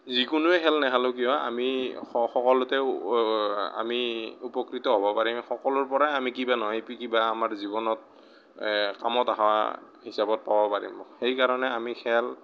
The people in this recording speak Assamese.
যিকোনোৱেই খেল নেখেলোঁ কিয় আমি স সকলোতে আমি উপকৃত হ'ব পাৰিম সকলোৰ পৰা আমি কিবা নহয় কিবা আমাৰ জীৱনত কামত অহা হিচাপত পাব পাৰিম সেইকাৰণে আমি খেল